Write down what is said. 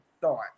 thought